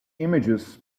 images